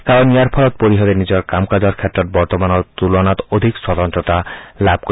কাৰণ ইয়াৰ ফলত পৰিষদে নিজৰ কাম কাজৰ ক্ষেত্ৰত বৰ্তমানৰ তুলনাত অধিক স্বতন্ততা লাভ কৰিব